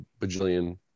bajillion